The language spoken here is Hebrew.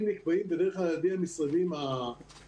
נקבעים בדרך כלל על ידי המשרדים הרגולטוריים.